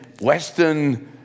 western